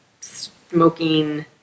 smoking